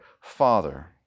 Father